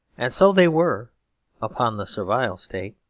and so they were upon the servile state.